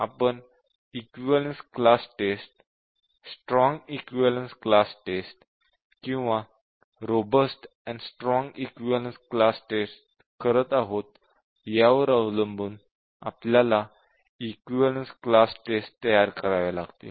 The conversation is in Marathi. आपण weak equivalence class test strong equivalence class test किंवा robust and strong equivalence class test करत आहोत यावर अवलंबून आपल्याला इक्विवलेन्स क्लास टेस्टस तयार कराव्या लागतील